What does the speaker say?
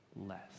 less